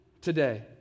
today